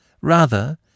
Rather